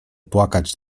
płakać